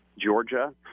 Georgia